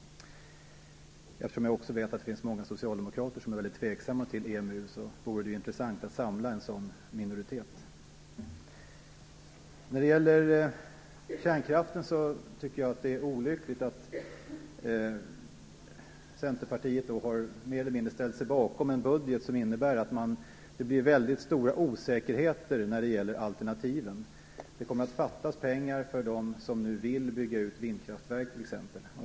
Eftersom jag vet att det också finns många socialdemokrater som är väldigt tveksamma till EMU, vore det intressant att samla en sådan minoritet. När det gäller kärnkraften tycker jag att det är olyckligt att Centerpartiet mer eller mindre har ställt sig bakom en budget som innebär att det blir väldigt stora osäkerheter när det gäller alternativen. Det kommer t.ex. att fattas pengar för dem som nu vill bygga ut vindkraftverk.